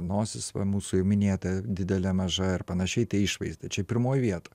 nosis va mūsų jau minėta didelė maža ir panašiai išvaizda čia pirmoj vietoj